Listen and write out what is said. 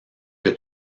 que